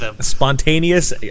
Spontaneous